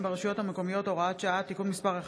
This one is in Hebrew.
ברשויות המקומיות (הוראת שעה) (תיקון מס' 11),